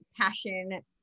passion